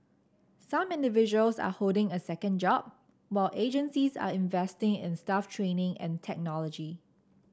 some individuals are holding a second job while agencies are investing in staff training and technology